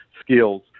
skills